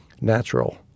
natural